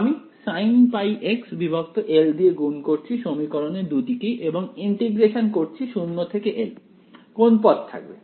আমি sinmπxl দিয়ে গুণ করছি সমীকরণের দুদিকেই এবং ইন্টিগ্রেশন করছি 0 থেকে l কোন পদ থাকবে